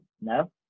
No